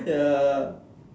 ya